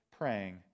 praying